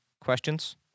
Questions